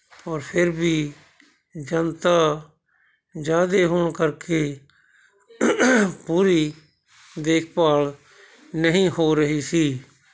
ਪਰ ਫਿਰ ਵੀ ਜਨਤਾ ਜ਼ਿਆਦਾ ਹੋਣ ਕਰਕੇ ਪੂਰੀ ਦੇਖਭਾਲ ਨਹੀਂ ਹੋ ਰਹੀ ਸੀ